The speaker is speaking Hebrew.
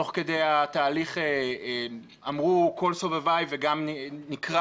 תוך כדי התהליך אמרו כל סובביי וגם נקרא